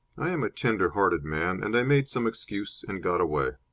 i am a tender-hearted man, and i made some excuse and got away.